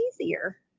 easier